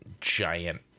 giant